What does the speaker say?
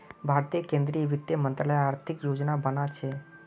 भारतीय केंद्रीय वित्त मंत्रालय आर्थिक योजना बना छे